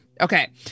okay